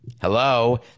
hello